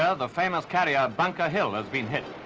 ah the famous carrier bunker hill has been hit.